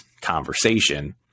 conversation